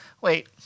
wait